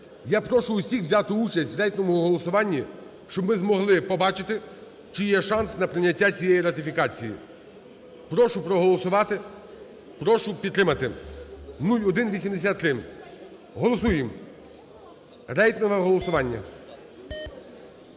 Я прошу усіх взяти участь в рейтинговому голосуванні, щоб ми змогли побачити чи є шанс на прийняття цієї ратифікації. Прошу проголосувати, прошу підтримати 0183. Голосуємо. Рейтингове голосування.